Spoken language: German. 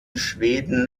schweden